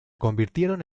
convirtieron